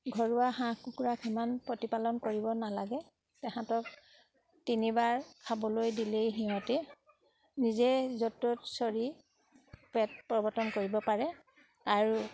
ঘৰুৱা হাঁহ কুকুৰা সিমান প্ৰতিপালন কৰিব নালাগে তাহাঁতক তিনিবাৰ খাবলৈ দিলেই সিহঁতে নিজে য'ত ত'ত চৰি পেট প্ৰৱৰ্তন কৰিব পাৰে আৰু